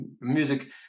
music